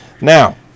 Now